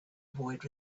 avoid